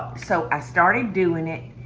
so i started doing it.